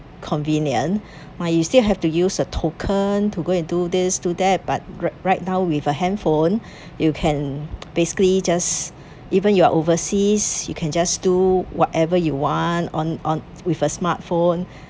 convenient but you still have to use a token to go and do this do that but right right now with a handphone you can basically just even you are overseas you can just do whatever you want on on with a smartphone